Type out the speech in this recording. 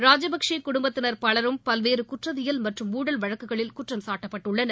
ராஜபக்சே குடும்பத்தினா் பலரும் பல்வேறு குற்றவியல் மற்றும் ஊழல் வழக்குகளில் குற்றம்சாட்டப்பட்டுள்ளனர்